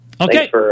Okay